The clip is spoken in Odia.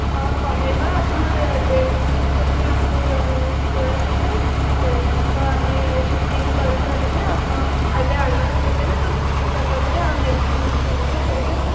ଅ କମେଇବା ଆପଣ ଡେଟ୍ ଫିକ୍ସ୍ କରିକି ଆମକୁ ଜଣେଇବେ ଜଣେଇ ଦେଲେ ତ ଆମେ ସୁଟିଂ କରି ସାରିଲେ ଆପଣ ଏବେ ଆଡ଼ଭାନ୍ସ୍ ଦେଇଦେବେ ତ ସୁଟିଂ ସରିଲା ପରେ ଆଉ ନେକ୍ସଟ୍ ପେମେଣ୍ଟ୍ ଯାହା ହବ କରିବେ